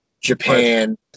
Japan